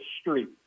street